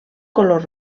color